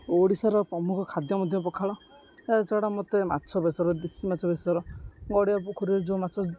ଓଡ଼ିଶାର ପ୍ରମୁଖ ଖାଦ୍ୟ ମଧ୍ୟ ପଖାଳ ଏହା ଛଡ଼ା ମୋତେ ମାଛ ବେସର ଦେଶୀ ମାଛ ବେସର ଗଡ଼ିଆ ପୋଖରୀରେ ଯେଉଁ ମାଛ